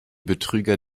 betrüger